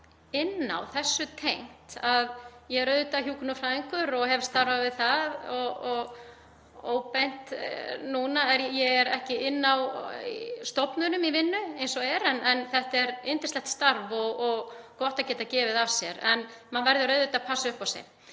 inn á það þessu tengt, en ég er hjúkrunarfræðingur og hef starfað við það og óbeint núna, ég er ekki inni á stofnunum í vinnu eins og er, að þetta er yndislegt starf og gott að geta gefið af sér en maður verður auðvitað að passa upp á sig.